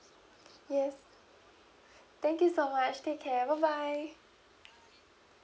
yes thank you so much take care bye bye